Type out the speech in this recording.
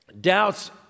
doubts